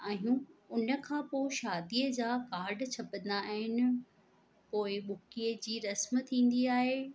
आहियूं उन खां पोइ शादीअ जा कार्ड छपंदा आहिनि पोइ ॿुकीअ जी रस्म थींदी आहे